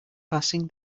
passing